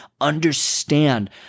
understand